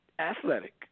athletic